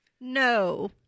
No